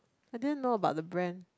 I didn't know about the brand